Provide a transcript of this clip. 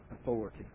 authority